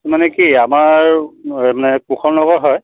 মানে কি আমাৰ মানে কুশল নগৰ হয়